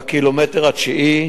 בקילומטר התשיעי,